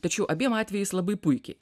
tačiau abiem atvejais labai puikiai